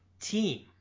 team